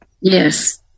Yes